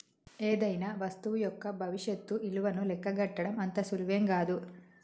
ఏదైనా వస్తువు యొక్క భవిష్యత్తు ఇలువను లెక్కగట్టడం అంత సులువేం గాదు